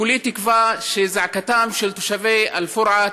כולי תקווה שזעקתם של תושבי אל-פורעה,